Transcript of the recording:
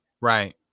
Right